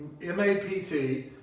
MAPT